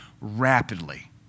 rapidly